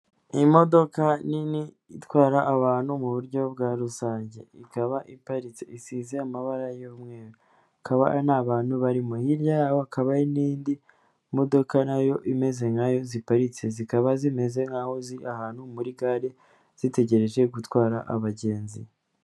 Iyi modoka nini itwara abantu mu buryo bwa rusange, ikaba iparitse isize amabara y'umweru akaba ari abantu barimo, hirya hakaba n'indi modoka na yo imeze nka yo ziparitse zikaba zimeze nk'iziri ahantu muri gare zitegereje gutwara abagenzi.